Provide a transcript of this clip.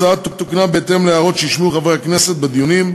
ההצעה תוקנה בהתאם להערות שהשמיעו חברי הכנסת בדיונים,